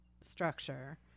structure